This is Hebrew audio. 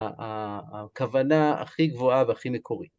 ה ה ה...כוונה הכי גבוהה והכי מקורית.